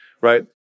right